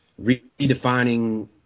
redefining